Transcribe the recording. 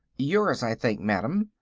yours, i think, madame,